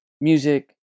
Music